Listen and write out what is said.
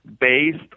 based